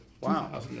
Wow